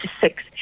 six